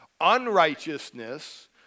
unrighteousness